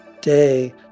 day